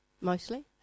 mostly